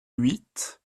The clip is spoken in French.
huit